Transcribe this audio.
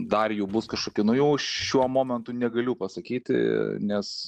dar jų bus kažkokių naujų šiuo momentu negaliu pasakyti nes